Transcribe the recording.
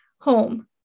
Home